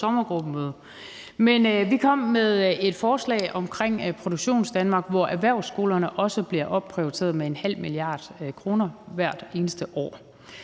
Vi kom med et forslag om Produktionsdanmark, hvor erhvervsskolerne også bliver opprioriteret med 0,5 mia. kr. hvert eneste år.